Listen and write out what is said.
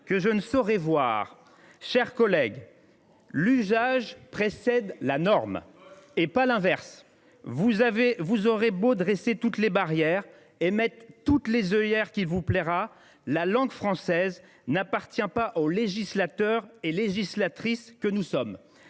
que je ne saurais voir ! Chers collègues, l’usage précède la norme et non l’inverse. Vous aurez beau dresser toutes les barrières et mettre toutes les œillères qu’il vous plaira, la langue française appartient non pas aux législateurs et aux législatrices que nous sommes,